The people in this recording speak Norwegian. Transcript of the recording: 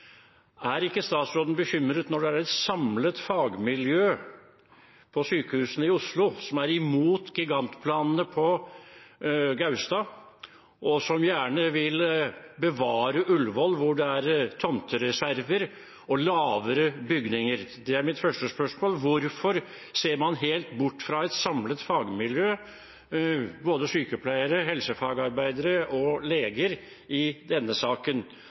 Er ikke statsråden bekymret når et samlet fagmiljø ved sykehusene i Oslo er imot gigantplanene på Gaustad og gjerne vil bevare Ullevål, hvor det er tomtereserver og lavere bygninger? Det er mitt første spørsmål. Hvorfor ser man helt bort fra et samlet fagmiljø, både sykepleiere, helsefagarbeidere og leger, i denne saken?